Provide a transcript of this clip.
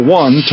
one